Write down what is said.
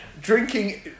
drinking